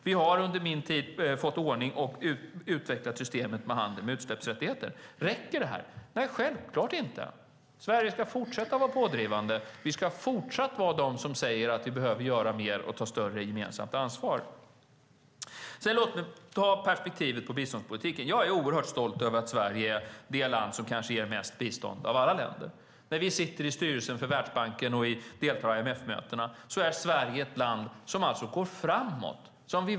Vi har under min tid fått ordning på och utvecklat systemet med handel med utsläppsrätter. Räcker detta? Nej, självklart inte. Sverige ska fortsätta att vara pådrivande. Vi ska fortsatt vara de som säger att vi behöver göra mer och ta ett större gemensamt ansvar. Låt mig sedan ta upp perspektivet på biståndspolitiken. Jag är oerhört stolt över att Sverige kanske är det land som ger mest bistånd av alla länder. När vi sitter i styrelsen för Världsbanken och deltar i IMF-mötena är Sverige ett land som går framåt.